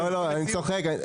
אני צוחק.